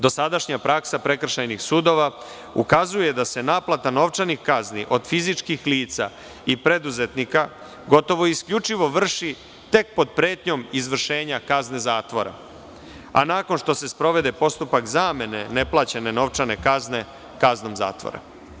Dosadašnja praksa prekršajnih sudova ukazuje da se naplata novčanih kazni od fizičkih lica i preduzetnika gotovo isključivo vrši tek pod pretnjom izvršenja kazne zatvora, a nakon što se sprovede postupak zamene neplaćene novčane kazne kaznom zatvora.